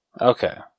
Okay